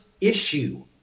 issue